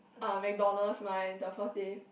uh McDonald's mah in the first day